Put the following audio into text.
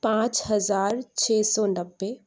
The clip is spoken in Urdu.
پانچ ہزار چھ سو نبے